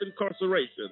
incarceration